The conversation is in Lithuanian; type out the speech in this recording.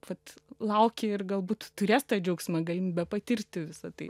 vat laukia ir galbūt turės tą džiaugsmą galimybę patirti visa tai